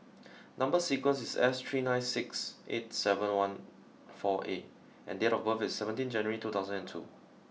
number sequence is S three nine six eight seven one four A and date of birth is seventeen January two thousand and two